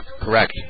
Correct